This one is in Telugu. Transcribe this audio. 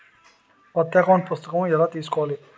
కొత్త అకౌంట్ పుస్తకము ఎలా తీసుకోవాలి?